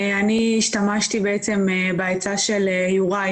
אני השתמשתי בעצה של יוראי,